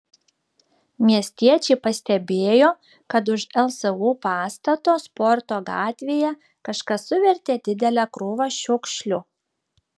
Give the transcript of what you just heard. miestiečiai pastebėjo kad už lsu pastato sporto gatvėje kažkas suvertė didelę krūvą šiukšlių